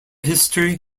history